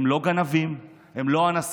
הם לא גנבים, הם לא אנסים,